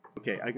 Okay